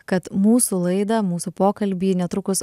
kad mūsų laidą mūsų pokalbį netrukus